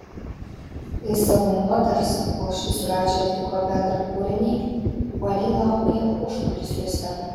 jis savo moters kol ši su radži atliko bendrą kūrinį uoliai laukė užkulisiuose